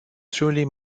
truly